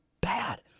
bad